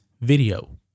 video